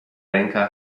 ręka